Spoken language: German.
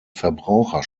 verbraucher